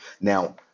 Now